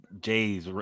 Jay's